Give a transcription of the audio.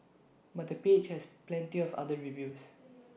but the page has plenty of other reviews